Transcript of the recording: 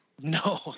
no